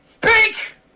PINK